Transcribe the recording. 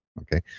Okay